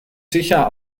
sicher